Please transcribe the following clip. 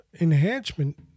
Enhancement